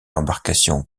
l’embarcation